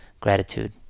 gratitude